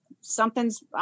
something's